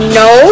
no